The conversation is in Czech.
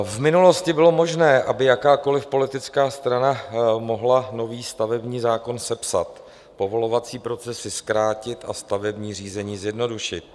V minulosti bylo možné, aby jakákoliv politická strana mohla nový stavební zákon sepsat, povolovací procesy zkrátit a stavební řízení zjednodušit.